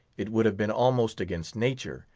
it would have been almost against nature,